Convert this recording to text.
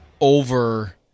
over